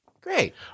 Great